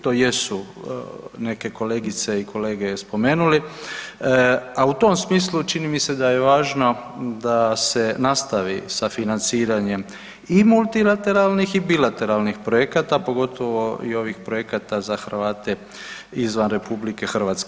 To jesu neke kolegice i kolege spomenuli, a u tom smislu čini mi se da je važno da se nastavi sa financiranjem i multilateralnih i bilateralnih projekata pogotovo i ovih projekata za Hrvate izvan RH.